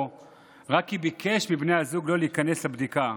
רק כי ביקש מבני הזוג לא להיכנס לבדיקה.